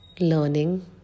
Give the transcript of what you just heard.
learning